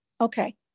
Okay